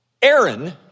Aaron